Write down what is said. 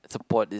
support is